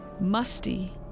musty